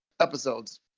episodes